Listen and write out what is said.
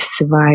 survive